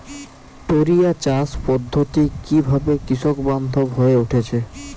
টোরিয়া চাষ পদ্ধতি কিভাবে কৃষকবান্ধব হয়ে উঠেছে?